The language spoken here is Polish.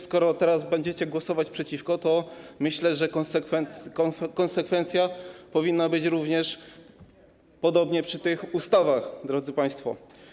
Skoro teraz będzie będziecie głosować przeciwko, to myślę, że konsekwencja powinna być również podobna przy tych ustawach, drodzy państwo.